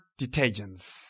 detergents